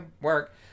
work